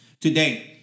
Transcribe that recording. today